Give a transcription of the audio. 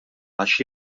għax